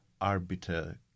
arbiter